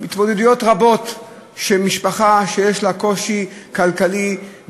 התמודדויות רבות של משפחה שיש לה קושי כלכלי,